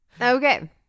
Okay